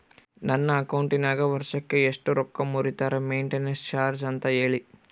ನನ್ನ ಅಕೌಂಟಿನಾಗ ವರ್ಷಕ್ಕ ಎಷ್ಟು ರೊಕ್ಕ ಮುರಿತಾರ ಮೆಂಟೇನೆನ್ಸ್ ಚಾರ್ಜ್ ಅಂತ ಹೇಳಿ?